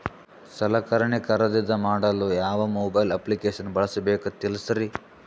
ಸಲಕರಣೆ ಖರದಿದ ಮಾಡಲು ಯಾವ ಮೊಬೈಲ್ ಅಪ್ಲಿಕೇಶನ್ ಬಳಸಬೇಕ ತಿಲ್ಸರಿ?